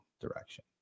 direction